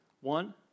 one